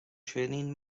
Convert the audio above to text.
training